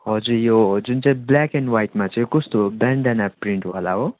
हजुर यो जुन चाहिँ ब्ल्याक एन्ड वाइटमा चाहिँ कस्तो ब्यानडेना प्रिन्टवाला हो